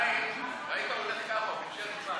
גברתי היושבת-ראש, חבריי חברי הכנסת,